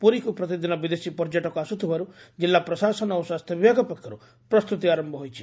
ପୁରୀକୁ ପ୍ରତିଦିନ ବିଦେଶୀ ପର୍ଯ୍ୟଟକ ଆସୁଥିବାରୁ କିଲ୍ଲୁ ପ୍ରଶାସନ ଓ ସ୍ୱାସ୍ଥ୍ୟ ବିଭାଗ ପକ୍ଷରୁ ପ୍ରସ୍ତୁତି ଆର ହୋଇଛି